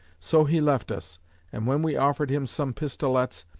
so he left us and when we offered him some pistolets,